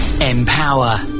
Empower